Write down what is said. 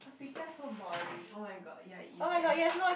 the picture so boring [oh]-my-god ya it is eh